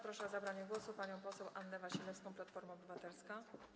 Proszę o zabranie głosu panią poseł Annę Wasilewską, Platforma Obywatelska.